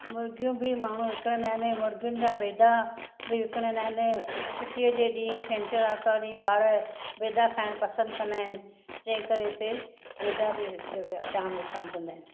मुर्गियूं बि माण्हू विकणंदा आहिनि मुर्गियुनि जा बेदा बि विकणंदा आहिनि छुटीअ जे ॾींहुं छंछर आर्तवार ॾींहुं ॿार बेदा खाइण पसंद कंदा आहिनि जंहिं करे हिते बेदा बि जाम विकामजंदा आहिनि